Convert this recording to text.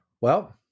Well-